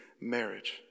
marriage